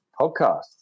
podcast